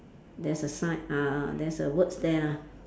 there's a sign uh there's a words there lah